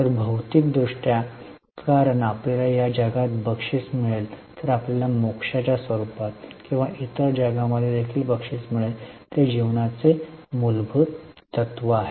तर भौतिक दृष्ट्या कारण आपल्याला या जगात बक्षीस मिळेल तर आपल्याला मोक्षाच्या स्वरूपात किंवा इतर जगामध्ये देखील बक्षीस मिळेल जे जीवनाचे मूलभूत तत्त्व आहे